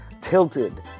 Tilted